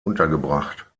untergebracht